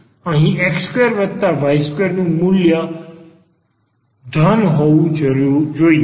અહીં x2y2 નું મૂલ્ય ઘન હોવું જોઈએ